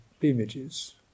images